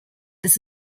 this